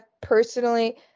personally